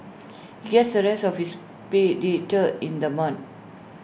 he gets the rest of his pay later in the month